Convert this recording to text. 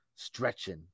stretching